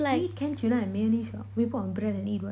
we eat canned tuna and mayonnaise [what] we put on bread and eat [what]